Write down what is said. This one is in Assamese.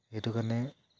সেইটো কাৰণে